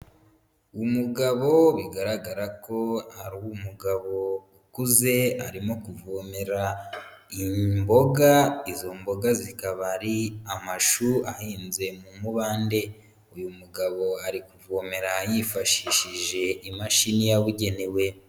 Umugabo bigaragara ko ari umugabo ukuze, arimo kuvomera imboga, izo mboga zikaba ari amashu, ahinze mu mubande. Uyu mugabo ari kuvomera yifashishije imashini yabugenewe.